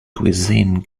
cuisine